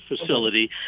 facility